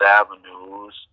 avenues